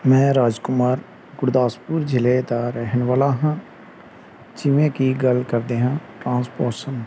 ਮੈਂ ਰਾਜਕੁਮਾਰ ਗੁਰਦਾਸਪੁਰ ਜ਼ਿਲ੍ਹੇ ਦਾ ਰਹਿਣ ਵਾਲਾ ਹਾਂ ਜਿਵੇਂ ਕਿ ਗੱਲ ਕਰਦੇ ਹਾਂ ਟਰਾਂਸਪੋਸ਼ਨ